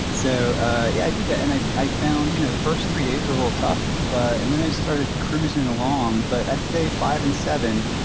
so, yeah, i did that, and i i found you know the first three days were a little tough, but and then i just started cruising along. but at day five and seven,